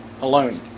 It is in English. alone